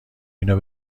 اینو